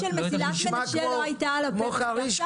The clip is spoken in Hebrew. כי אז התוכנית של מסילת מנשה לא הייתה על הפרק ועכשיו היא